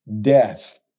death